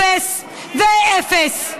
אפס ואפס,